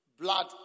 Blood